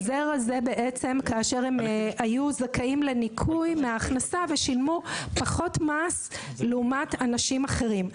כאשר הם היו זכאים לניכוי מההכנסה ושילמו פחות מס לעומת אנשים אחרים.